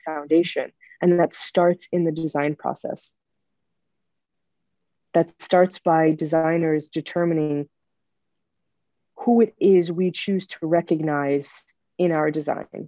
foundation and that starts in the design process that starts by designers determining who it is we choose to recognize in our